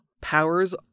powers